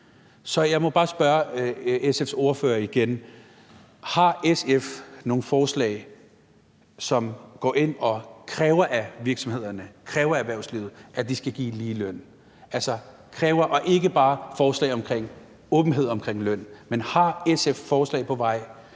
Så jeg må bare spørge SF's ordfører igen: Har SF nogle forslag, som går ind og kræver af virksomhederne og af erhvervslivet, at de skal give ligeløn – og ikke bare forslag om åbenhed omkring løn? Men har SF forslag på vej